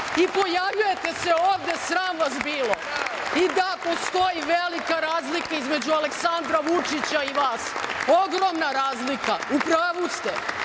i pojavljujete se ovde. Sram vas bilo! Da, postoji velika razlika između Aleksandra Vučića i vas, ogromna razlika, u pravu ste,